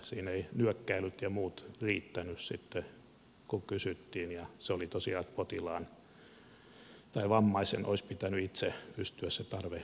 siinä eivät nyökkäilyt ja muut riittäneet kun kysyttiin ja se oli tosiaan niin että vammaisen olisi pitänyt itse pystyä se tarve osoittamaan